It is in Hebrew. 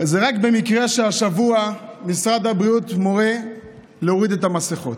זה רק במקרה שהשבוע משרד הבריאות מורה להוריד את המסכות.